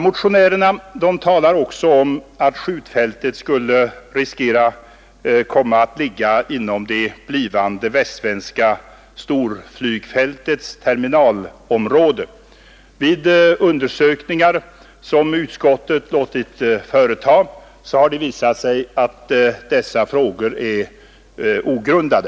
Motionärerna talar också om att det skulle vara risk för att skjutfältet skulle komma att ligga inom det blivande västsvenska storflygfältets terminalområde. Vid undersökningar som utskottet låtit företa har det emellertid visat sig att dessa farhågor är ogrundade.